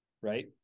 Right